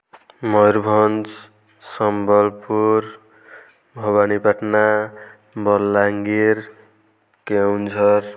Mayurbhanj Sambalpur Bhawanipatna Balangir Keonjhar